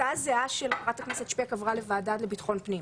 הצעה זהה של חברת הכנסת שפק עברה לוועדה לביטחון פנים.